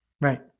Right